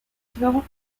still